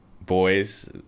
boys